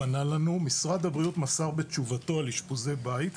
משרד הבריאות מסר בתשובתו על אשפוזי הבית,